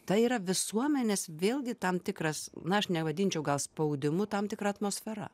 tai yra visuomenės vėlgi tam tikras na aš nevadinčiau gal spaudimu tam tikra atmosfera